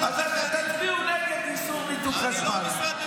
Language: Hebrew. אז תצביעו נגד איסור ניתוק חשמל.